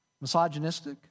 misogynistic